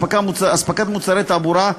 אספקת מוצרי תעבורה,